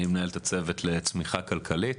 אני מנהל את הצוות לצמיחה כלכלי.